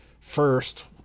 first